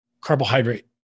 Carbohydrate